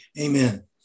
Amen